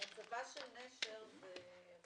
אני